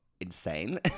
insane